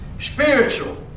Spiritual